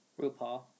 RuPaul